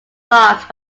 marked